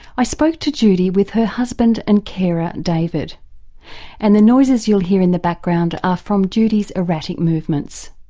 i spoke to judy with her husband and carer david and the noises you'll hear in the background are from judy's erratic movements.